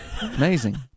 Amazing